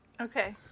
Okay